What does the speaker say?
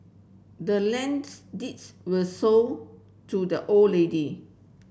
the land's deeds was sold to the old lady